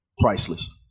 priceless